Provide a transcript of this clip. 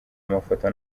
amafoto